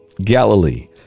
Galilee